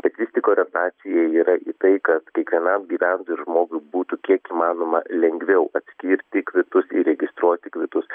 bet vis tik orientacija yra tai kad kiekvienam gyventojui ir žmogui būtų kiek įmanoma lengviau atskirti kvitus ir registruoti kvitus